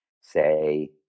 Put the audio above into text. say